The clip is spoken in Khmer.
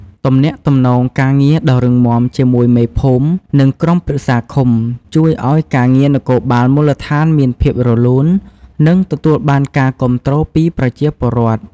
ទំនាក់ទំនងការងារដ៏រឹងមាំជាមួយមេភូមិ និងក្រុមប្រឹក្សាឃុំ ជួយឱ្យការងារនគរបាលមូលដ្ឋានមានភាពរលូន និងទទួលបានការគាំទ្រពីប្រជាពលរដ្ឋ។